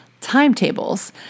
timetables